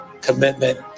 commitment